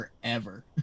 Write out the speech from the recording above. forever